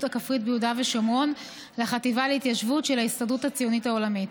הכפרית ביהודה ושומרון לחטיבה להתיישבות של ההסתדרות הציונית העולמית.